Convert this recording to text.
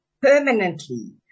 permanently